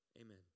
amen